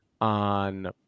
on